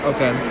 Okay